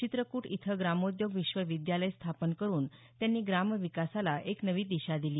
चित्रकूट इथं ग्रामोद्योग विश्वविद्यालय स्थापन करून त्यांनी ग्रामविकासाला एक नवी दिशा दिली